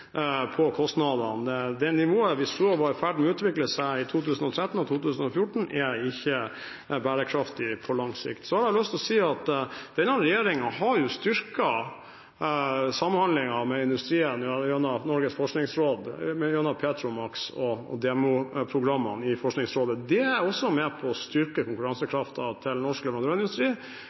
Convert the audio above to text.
kostnadene. Det nivået vi så var i ferd med å utvikle seg i 2013 og 2014, er ikke bærekraftig på lang sikt. Så har jeg lyst til å si at denne regjeringen har styrket samhandlingen med industrien gjennom PETROMAKS- og DEMO-programmene i Forskningsrådet. Det er også med på å styrke konkurransekraften til norsk leverandørindustri.